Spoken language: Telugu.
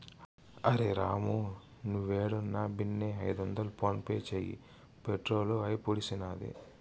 అరె రామూ, నీవేడున్నా బిన్నే ఐదొందలు ఫోన్పే చేయి, పెట్రోలు అయిపూడ్సినాది